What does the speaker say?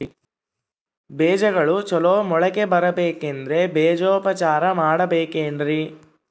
ಬೇಜಗಳು ಚಲೋ ಮೊಳಕೆ ಬರಬೇಕಂದ್ರೆ ಬೇಜೋಪಚಾರ ಮಾಡಲೆಬೇಕೆನ್ರಿ?